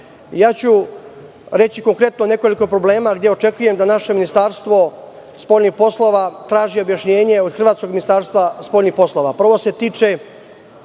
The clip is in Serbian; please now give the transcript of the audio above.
ću konkretno nekoliko problema gde očekujem da naše Ministarstvo spoljnih poslova traži objašnjenje od hrvatskog Ministarstva spoljnih poslova. Prvo se tiče